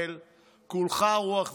כולך רוח וצלצולים.